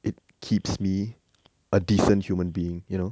it keeps me a decent human being you know